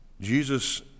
Jesus